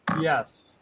Yes